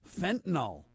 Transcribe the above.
fentanyl